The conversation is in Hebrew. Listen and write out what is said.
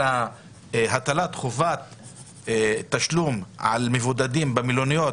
הטלת חובת תשלום על מבודדים במלוניות,